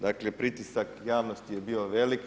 Dakle, pritisak javnosti je bio velik.